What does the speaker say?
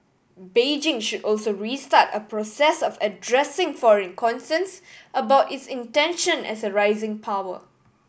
Beijing should also restart a process of addressing foreign concerns about its intention as a rising power